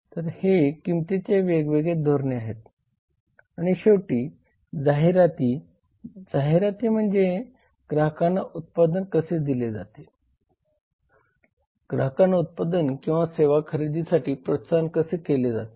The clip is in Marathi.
तर हे किंमतींचे वेगवेगळे धोरणे आहेत आणि शेवटी जाहिराती जाहिराती म्हणजे ग्राहकांना उत्पादन कसे दिले जाते ग्राहकांना उत्पादन किंवा सेवा खरेदीसाठी प्रोत्साहन कसे दिले जाते